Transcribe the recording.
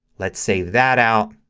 let's save that out.